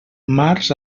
març